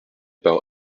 par